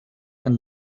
and